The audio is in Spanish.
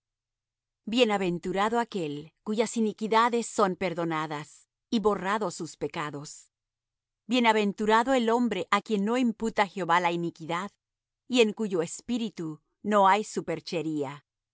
bienaventurado aquel cuyas iniquidades son perdonadas y borrados sus pecados bienaventurado el hombre á quien no imputa jehová la iniquidad y en cuyo espíritu no hay superchería